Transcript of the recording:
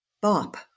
bop